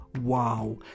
wow